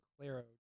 Claro